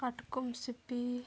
ᱠᱟᱴᱠᱚᱢ ᱥᱤᱯᱤ